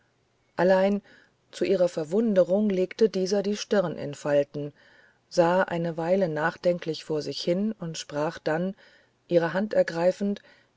allein zu ihrer verwunderung legte dieser die stirn in falten sah eine weile nachdenklich vor sich hin und sprach dann ihre hand ergreifend